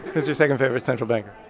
who's your second favorite central banker?